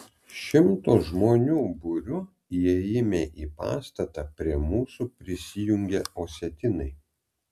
šimto žmonių būriu įėjime į pastatą prie mūsų prisijungė osetinai